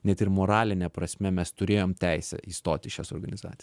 net ir moraline prasme mes turėjom teisę įstoti į šias organizaci